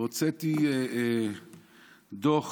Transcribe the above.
והוצאתי דוח